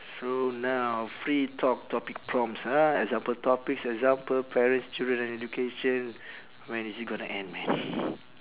so now free talk topic prompts ah example topics example parents children and education when is it gonna end man